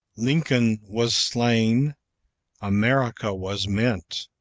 lincoln was slain america was meant.